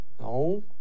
no